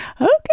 okay